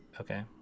okay